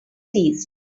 seized